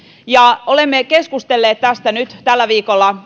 olemme keskustelleet tästä nyt tällä viikolla